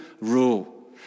Rule